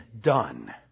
done